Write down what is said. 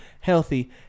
healthy